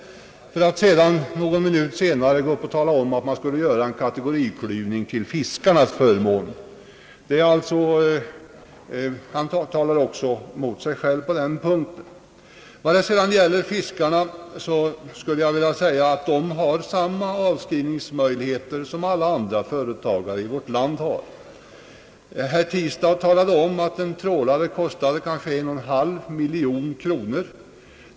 Sedan ansåg han att det borde göras en kategoriklyvning till fiskarnas förmån — han talar alltså emot sig själv på den punkten, Jag vill understryka att fiskarna har samma avskrivningsmöjligheter som alla andra företagare i vårt land. Herr Tistad nämnde att en trålare kostade cirka 1,5 mil jon kronor.